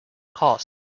cost